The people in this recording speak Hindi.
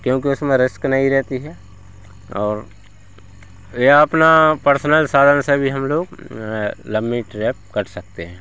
क्योंकि उसमें रिस्क नहीं रहता है और या अपना पर्सनल साधन से भी हम लोग लंबी ट्रिप कर सकते हैं